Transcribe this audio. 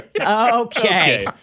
Okay